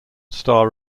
star